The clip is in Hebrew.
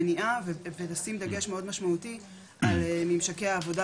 מניעה ולשים דגש מאוד משמעותי על ממשקי העבודה,